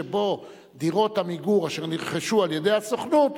שדירות "עמיגור" אשר נרכשו על-ידי הסוכנות,